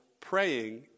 praying